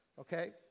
Okay